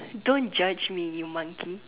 don't judge me you monkey